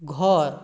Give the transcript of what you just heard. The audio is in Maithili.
घर